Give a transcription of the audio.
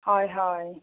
হয় হয়